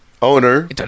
Owner